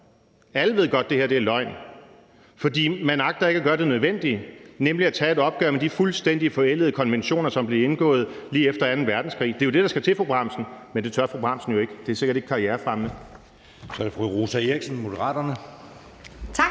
Alle ved godt, at det her er løgn, fordi man ikke agter at gøre det nødvendige, nemlig at tage et opgør med de fuldstændig forældede konventioner, som blev indgået lige efter anden verdenskrig. Det er jo det, der skal til, fru Trine Bramsen. Men det tør fru Trine Bramsen jo ikke, for det er sikkert ikke karrierefremmende. Kl. 19:53 Anden næstformand